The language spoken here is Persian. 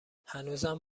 هنوزم